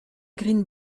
green